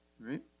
right